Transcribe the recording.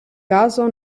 caso